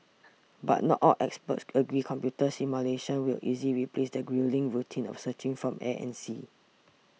but not all experts agree computer simulations will easily replace the gruelling routine of searching from air and sea